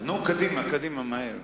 נו קדימה, מהר.